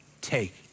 Take